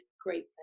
great